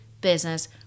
business